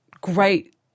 great